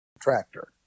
tractor